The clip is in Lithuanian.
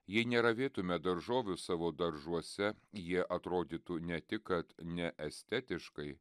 jei neravėtume daržovių savo daržuose jie atrodytų ne tik kad neestetiškai